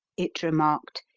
it remarked,